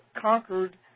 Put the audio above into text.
conquered